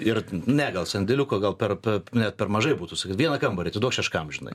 ir ne gal sandėliuko gal per pe net per mažai būtų sakyt vieną kambarį atiduok šeškam žinai